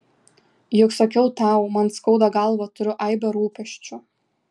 juk sakiau tau man skauda galvą turiu aibę rūpesčių